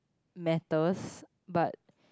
matters but